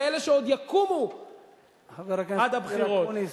ואלה שעוד יקומו עד הבחירות.